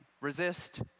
resist